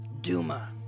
Duma